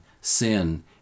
sin